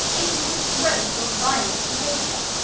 it was his gross or violent behaviour.